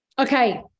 Okay